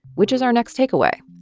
which is our next takeaway.